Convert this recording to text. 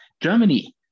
Germany